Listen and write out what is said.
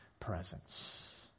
presence